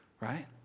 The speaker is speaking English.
Right